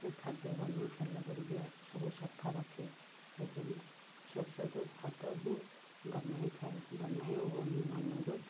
ଖାଦ୍ୟ ବନେଇ ସାରିଲା ପରେ ଗ୍ୟାସ୍ ସବୁ ସଫା ରଖେ ଏବଂ ଶଵଛଦୁ ଖାଦ୍ୟ ହିଁ ବନେଇ ଥାଏ ବନାଇ ଓ ଅନ୍ୟମାନଙ୍କୁ